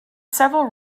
several